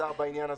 הצעה בעניין הזה,